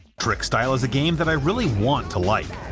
trickstyle is a game that i really want to like.